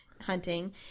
hunting